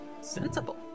Sensible